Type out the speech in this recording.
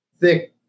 thick